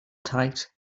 tight